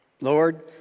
Lord